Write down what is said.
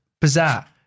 Bizarre